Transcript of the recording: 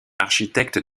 architecte